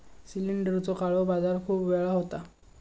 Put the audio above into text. सिलेंडरचो काळो बाजार खूप वेळा होता